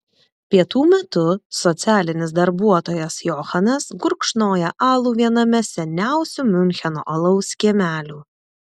pietų metu socialinis darbuotojas johanas gurkšnoja alų viename seniausių miuncheno alaus kiemelių